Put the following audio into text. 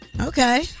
Okay